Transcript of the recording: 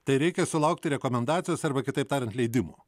tai reikia sulaukti rekomendacijos arba kitaip tariant leidimo